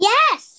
Yes